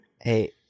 hey